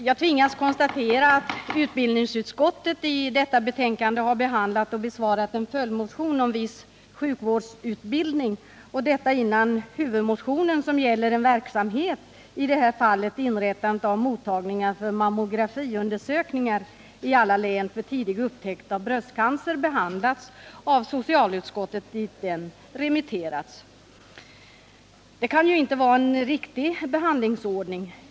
Jag tvingas konstatera att utbildningsutskottet i sitt betänkande behandlat och besvarat en följdmotion om viss sjukvårdsutbildning, och detta innan huvudmotionen, som gäller en verksamhet — i det här fallet inrättandet av mottagningar för mammografiundersökningar i alla län för tidig upptäckt av bröstcancer — behandlats av socialutskottet, dit den remitterats. Det kan inte vara en riktig behandlingsordning.